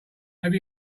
have